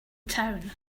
town